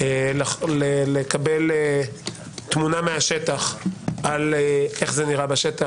כדי לקבל תמונה מהשטח ולראות איך זה נראה בשטח.